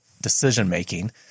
decision-making